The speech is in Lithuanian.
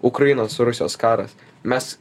ukrainos rusijos karas mes